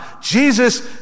Jesus